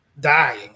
dying